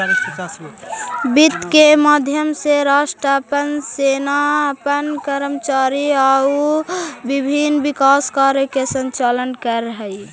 वित्त के माध्यम से राष्ट्र अपन सेना अपन कर्मचारी आउ विभिन्न विकास कार्य के संचालन करऽ हइ